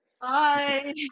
Bye